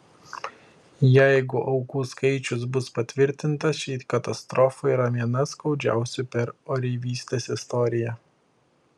jeigu aukų skaičius bus patvirtintas ši katastrofa yra viena skaudžiausių per oreivystės istoriją